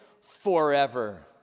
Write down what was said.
forever